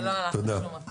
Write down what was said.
זה לא הלך לשום מקום.